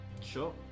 Sure